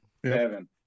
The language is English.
Seven